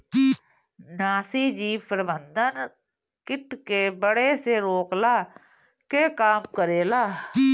नाशीजीव प्रबंधन किट के बढ़े से रोकला के काम करेला